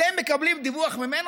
אתם מקבלים דיווח ממנו?